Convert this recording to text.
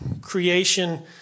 creation